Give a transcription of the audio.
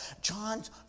John's